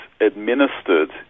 administered